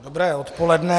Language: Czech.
Dobré odpoledne.